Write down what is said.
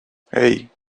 hey